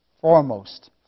Foremost